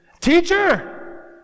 Teacher